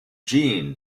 jean